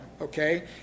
Okay